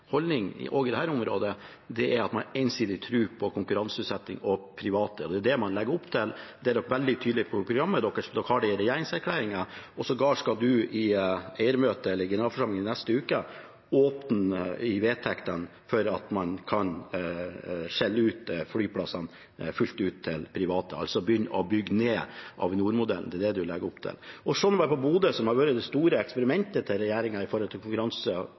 på konkurranseutsetting og det private. Det er det man legger opp til. Det er partiet veldig tydelig på i programmet sitt, de har det i regjeringserklæringen, og sågar skal representanten i generalforsamlingen i neste uke åpne i vedtektene for at man kan selge ut flyplassene fullt ut til private – altså begynne å bygge ned Avinor-modellen. Det er det han legger opp til. Og Bodø, som har vært det store eksperimentet til